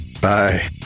Bye